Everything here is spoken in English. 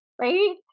right